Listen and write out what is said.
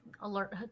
alert